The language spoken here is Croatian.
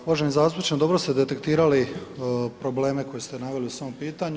Uvaženi zastupniče, dobro ste detektirali probleme koje ste naveli u svom pitanju.